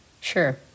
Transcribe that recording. Sure